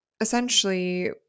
essentially